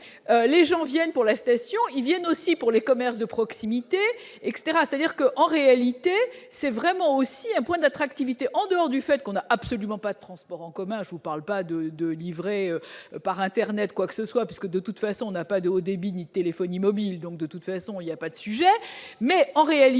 les gens viennent pour la station, ils viennent aussi pour les commerces de proximité extra, c'est-à-dire que, en réalité, c'est vraiment aussi un point d'attractivité en dehors du fait qu'on a. Absolument pas de transports en commun, je vous parle pas de de livrer par internet, quoi que ce soit, puisque de toute façon, on n'a pas de haut débit ni téléphonie mobile, donc de toute façon, il y a pas d'. Sujet mais en réalité,